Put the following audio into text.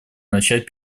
начать